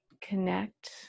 connect